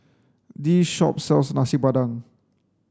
this shop sells nasi padang